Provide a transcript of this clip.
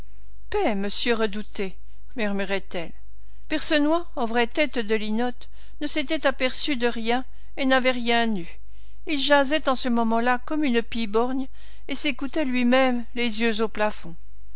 redoubté murmurait-elle percenoix en vraie tête de linotte ne s'était aperçu de rien et n'avait rien eu il jasait en ce moment-là comme une pie borgne et s'écoutait lui-même les yeux au plafond